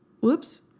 Whoops